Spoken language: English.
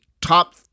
top